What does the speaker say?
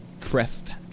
Crest